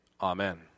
Amen